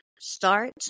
Start